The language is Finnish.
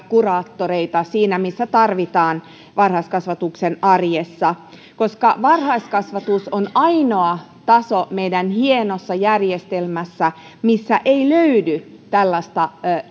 kuraattoreita siinä missä heitä tarvitaan varhaiskasvatuksen arjessa koska varhaiskasvatus on ainoa taso meidän hienossa järjestelmässämme missä ei löydy tällaista